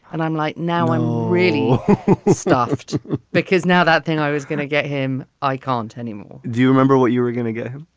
and i'm like, now i'm really stuffed because now that thing i was going to get him, i can't anymore do you remember what you were going to get him?